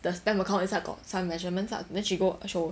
the stem account inside got some measurements lah then she go show